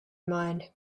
mind